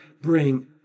bring